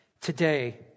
Today